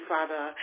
Father